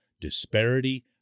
disparity